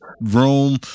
room